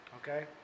okay